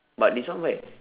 but this one where